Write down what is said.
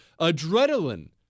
adrenaline